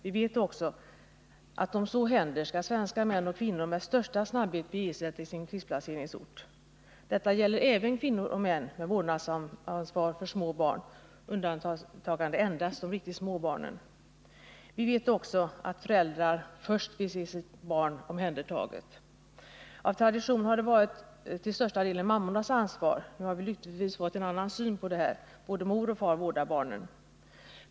Vi vet också att om så händer skall svenska män och kvinnor med största snabbhet bege sig till sin krigsplaceringsort. Detta gäller även kvinnor och män med vårdnadsansvar för små barn, med undantag endast för de riktigt små barnen. Vi vet också att föräldrar först vill se sitt barn omhändertaget. Av tradition har detta varit till största delen mammornas ansvar. Vi har nu lyckligtvis fått en annan syn på detta — både mor och far vårdar barnen.